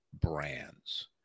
brands